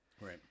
right